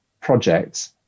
projects